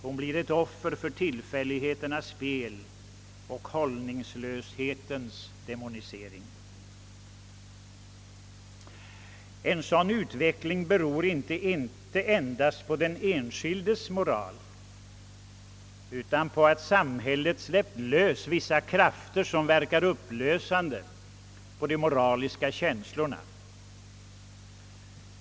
Hon blir ett offer för tillfälligheternas spel och hållningslöshetens demonisering.» En sådan utveckling beror inte enbart på den enskildes moral utan även på att samhället släppt lös vissa krafter som verkar upplösande på de moraliska värderingarna.